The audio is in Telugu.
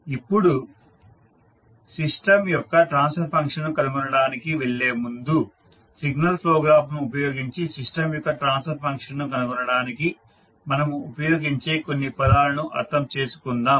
ఇప్పుడు సిస్టం యొక్క ట్రాన్స్ఫర్ ఫంక్షన్ను కనుగొనటానికి వెళ్లే ముందు సిగ్నల్ ఫ్లో గ్రాఫ్ను ఉపయోగించి సిస్టం యొక్క ట్రాన్స్ఫర్ ఫంక్షన్ను కనుగొనడానికి మనము ఉపయోగించే కొన్ని పదాలను అర్థం చేసుకుందాం